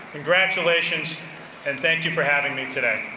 congratulations and thank you for having me today.